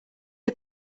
was